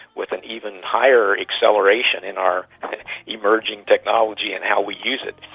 with an even higher acceleration in our emerging technology and how we use it,